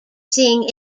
seeing